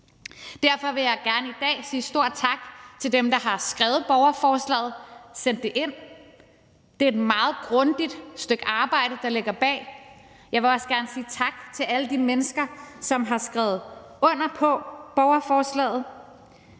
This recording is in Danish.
Derfor vil jeg gerne i dag sige et stort tak til dem, der har skrevet borgerforslaget og sendt det ind – det er et meget grundigt stykke arbejde, der ligger bag det. Jeg vil også gerne sige tak til alle de mennesker, som har skrevet under på borgerforslaget.